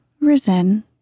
risen